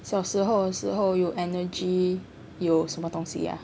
小时候时候有 energy 有什么东西 ah